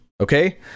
Okay